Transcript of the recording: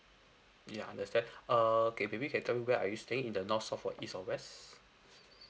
ya understand err okay maybe can tell me where are you staying in the north south or east or west